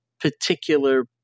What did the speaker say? particular